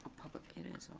public, it is, ah